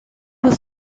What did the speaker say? was